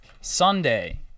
Sunday